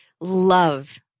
love